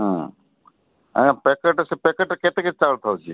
ହୁଁ ଆଜ୍ଞା ପ୍ୟାକେଟ୍ ସେ ପ୍ୟାକେଟ୍ କେତେ କେଜି ଚାଉଳ ଥାଉଛି